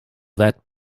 that